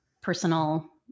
personal